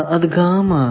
അത് ആണ്